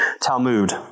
Talmud